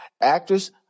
actress